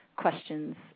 questions